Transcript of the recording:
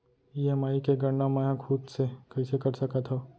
EMI के गड़ना मैं हा खुद से कइसे कर सकत हव?